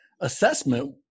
assessment